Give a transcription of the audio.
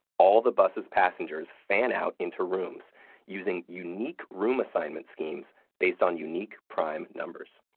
all the buses' passengers fan out into rooms using unique room-assignment schemes based on unique prime numbers.